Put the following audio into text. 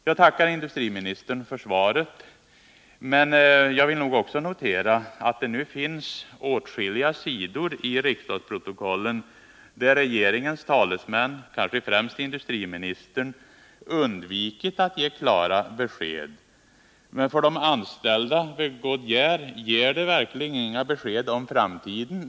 Jag tackar industriministern för svaret, men noterar att det nu finns åtskilliga sidor i riksdagsprotokollen där regeringens talesmän, kanske främst industriministern, undvikit att ge klara besked. För de vid Goodyear anställda ger de svar som vi har fått inga besked om framtiden.